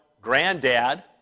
granddad